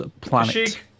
planet